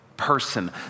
Person